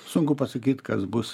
sunku pasakyt kas bus